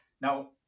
Now